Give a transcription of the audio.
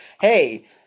hey